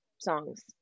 songs